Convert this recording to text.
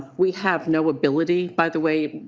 we have no ability. by the way,